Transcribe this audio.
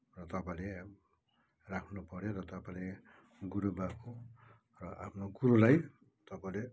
र तपाईँले राख्नुपऱ्यो र तपाईँले गुरुबाबु र आफ्नो गुरुलाई तपाईँले